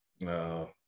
No